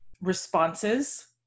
responses